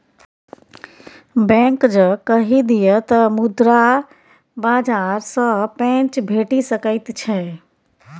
bank जँ कहि दिअ तँ मुद्रा बाजार सँ पैंच भेटि सकैत छै